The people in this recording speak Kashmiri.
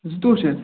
زُتوٚوُہ شتھ